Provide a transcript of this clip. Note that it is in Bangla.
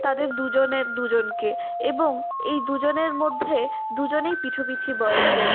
তাদের দুজনের দুজনকে এবং এই দুজনের মধ্যে দুজনেই পিঠোপিঠি বয়সের